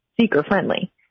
seeker-friendly